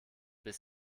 bis